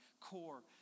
core